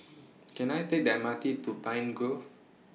Can I Take The M R T to Pine Grove